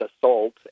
assault